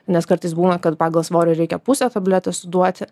nes kartais būna kad pagal svorį reikia pusė tabletės duoti